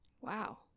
Wow